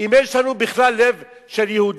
אם יש לנו, בכלל, לב של יהודים,